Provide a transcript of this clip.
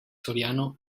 soriano